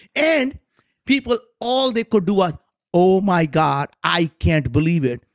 and people all they could do was oh my god, i can't believe it.